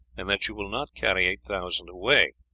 and that you will not carry eight thousand away.